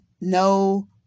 No